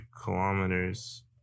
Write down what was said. kilometers